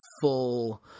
full